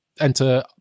enter